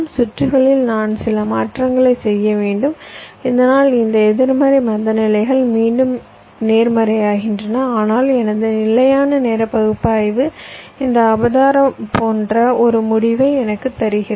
சுற்றுகளில் நான் சில மாற்றங்களைச் செய்ய வேண்டும் இதனால் இந்த எதிர்மறை மந்தநிலைகள் மீண்டும் நேர்மறையாகின்றன ஆனால் எனது நிலையான நேர பகுப்பாய்வு இந்த அபராதம் போன்ற ஒரு முடிவை எனக்குத் தருகிறது